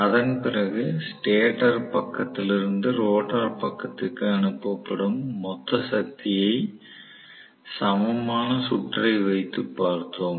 அதன் பிறகு ஸ்டேட்டர் பக்கத்திலிருந்து ரோட்டார் பக்கத்திற்கு அனுப்பப்படும் மொத்த சக்தியை சமமான சுற்றை வைத்து பார்த்தோம்